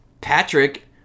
patrick